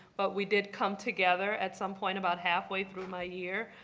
but we did come together at some point about halfway through my year